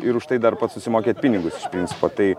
ir už tai dar pats susimokėt pinigus iš principo tai